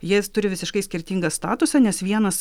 jie turi visiškai skirtingą statusą nes vienas